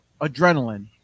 adrenaline